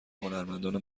هنرمندان